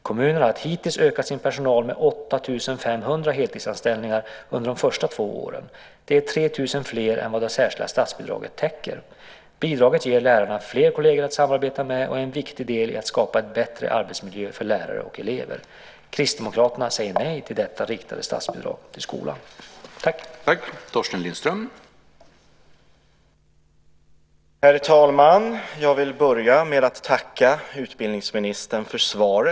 Kommunerna har hittills ökat sin personal med 8 500 heltidsanställningar under de första två åren. Det är 3 000 fler än vad det särskilda statsbidraget täcker. Bidraget ger lärarna fler kolleger att samarbeta med och är en viktig del i att skapa en bättre arbetsmiljö för lärare och elever. Kristdemokraterna säger nej till detta riktade statsbidrag till skolan.